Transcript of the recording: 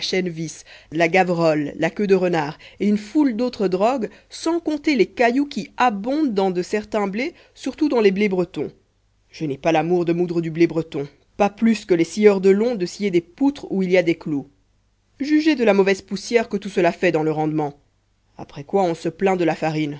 chènevis la gaverolle la queue de renard et une foule d'autres drogues sans compter les cailloux qui abondent dans de certains blés surtout dans les blés bretons je n'ai pas l'amour de moudre du blé breton pas plus que les scieurs de long de scier des poutres où il y a des clous jugez de la mauvaise poussière que tout cela fait dans le rendement après quoi on se plaint de la farine